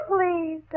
Please